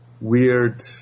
weird